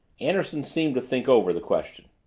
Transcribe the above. anderson seemed to think over the question.